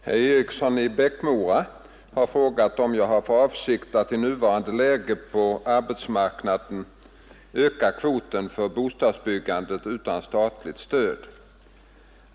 Herr talman! Herr Eriksson i Bäckmora har frågat mig om jag har för avsikt att i nuvarande läge på byggarbetsmarknaden öka kvoten för bostadsbyggande utan statligt stöd.